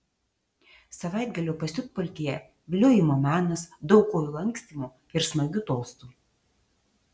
savaitgalio pasiutpolkėje viliojimo menas daug kojų lankstymo ir smagių tostų